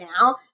now